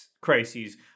crises